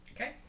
Okay